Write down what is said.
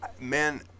Man